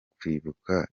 kwibuka